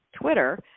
Twitter